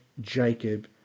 Jacob